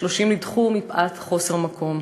30 נדחו מפאת חוסר מקום.